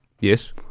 Yes